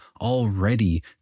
already